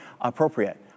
appropriate